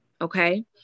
okay